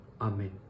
Amen